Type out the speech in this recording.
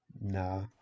Nah